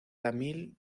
tamil